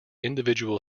individual